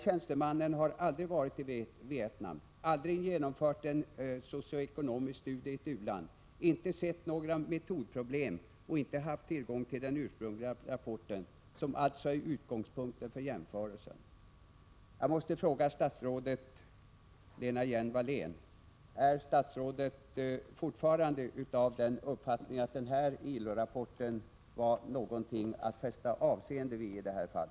Tjänstemannen har aldrig varit i Vietnam, aldrig genomfört en socio-ekonomisk studie i ett u-land, inte sett några metodproblem och inte haft tillgång till den ursprungliga rapporten, som är utgångspunkten för jämförelsen. Jag måste fråga statsrådet Lena Hjelm-Wallén: Är statsrådet fortfarande av den uppfattningen att den ILO-rapporten var något att fästa avseende vid i detta fall?